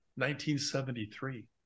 1973